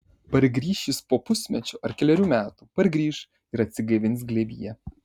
pargrįš jis po pusmečio ar kelerių metų pargrįš ir atsigaivins glėbyje